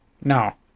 No